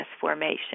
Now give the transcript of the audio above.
formation